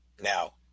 Now